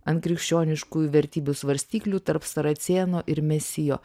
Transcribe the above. ant krikščioniškųjų vertybių svarstyklių tarp saracėno ir mesijo